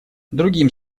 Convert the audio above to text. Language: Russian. другим